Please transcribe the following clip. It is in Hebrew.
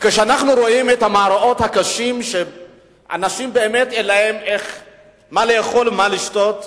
כשאנחנו רואים את המראות הקשים של אנשים שאין להם מה לאכול ומה לשתות,